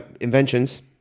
inventions